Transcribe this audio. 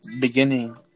beginning